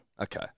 Okay